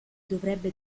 dovrebbe